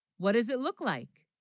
what does it look like?